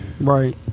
right